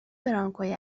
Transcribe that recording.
برانکوی